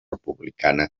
republicana